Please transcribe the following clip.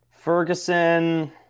Ferguson